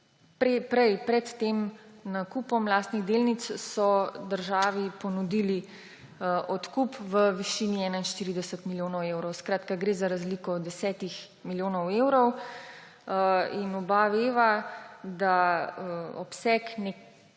Pred tem nakupom lastnih delnic so državi ponudili odkup v višini 41 milijonov evrov. Skratka, gre za razliko 10 milijonov evrov. In oba veva, da obseg